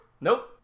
Nope